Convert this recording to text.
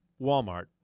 Walmart